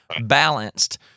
balanced